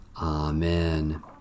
Amen